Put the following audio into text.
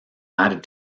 added